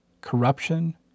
corruption